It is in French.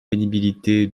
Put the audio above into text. pénibilité